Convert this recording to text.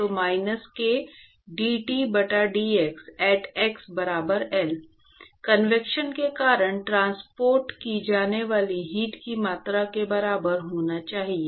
तो minus k dT बटा dx at x बराबर L कन्वेक्शन के कारण ट्रांसपोर्ट की जाने वाली हीट की मात्रा के बराबर होना चाहिए